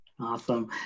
Awesome